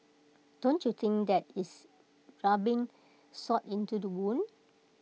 don't you think that is rubbing salt into the wound